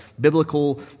biblical